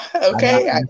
Okay